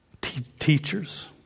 teachers